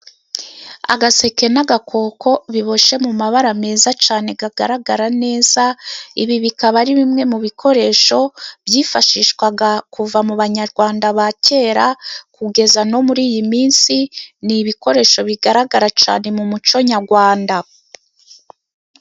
Agaseke n'agakoko biboshye mu mabara meza cyane kagaragara neza. Ibi bikaba ari bimwe mu bikoresho byifashishwaga kuva mu banyarwanda ba kera kugeza no muri iyi minsi. Ni ibikoresho bigaragara cyane mu muco nyarwanda.